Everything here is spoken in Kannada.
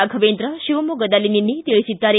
ರಾಘವೇಂದ್ರ ಶಿವಮೊಗ್ಗದಲ್ಲಿ ನಿನ್ನೆ ಹೇಳಿದ್ದಾರೆ